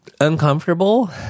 uncomfortable